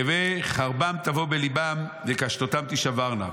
הוי חרבם תבוא בלבם וקשתותם תישברנה,